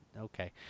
okay